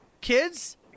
Kids